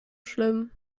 schlimm